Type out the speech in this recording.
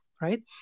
right